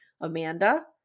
Amanda